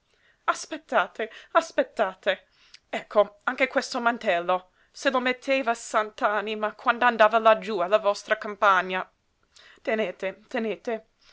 aspettate aspettate ecco anche questo mantello se lo metteva sant'anima quand'andava laggiú alla vostra campagna tenete tenete